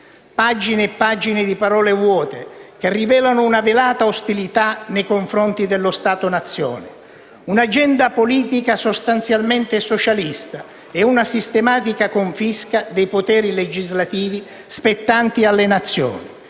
Pagine e pagine di parole vuote, che rivelano una velata ostilità nei confronti dello Stato nazione; un'agenda politica sostanzialmente socialista, e una sistematica confisca dei poteri legislativi spettanti alle Nazioni.